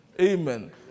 Amen